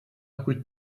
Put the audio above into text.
would